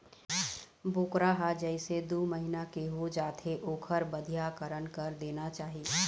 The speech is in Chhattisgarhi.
बोकरा ह जइसे दू महिना के हो जाथे ओखर बधियाकरन कर देना चाही